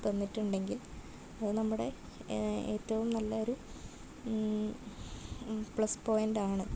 തന്നിട്ടുണ്ടെങ്കിൽ അത് നമ്മുടെ ഏറ്റവും നല്ല ഒരു പ്ലസ് പോയിന്റ് ആണ്